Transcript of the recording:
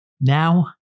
Now